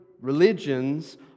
religions